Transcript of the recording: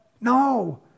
No